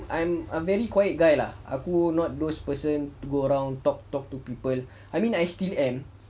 I am a very quiet guy lah aku not those person go around talk talk to people I mean I still am